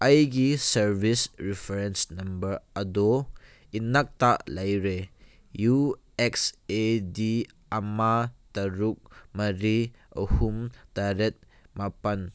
ꯑꯩꯒꯤ service reference number ꯑꯗꯣ ꯏꯅꯥꯛꯇ ꯂꯩꯔꯦ ꯌꯨ ꯑꯦꯛꯁ ꯑꯦ ꯗꯤ ꯑꯃ ꯇꯔꯨꯛ ꯃꯔꯤ ꯑꯍꯨꯝ ꯇꯔꯦꯠ ꯃꯥꯄꯜ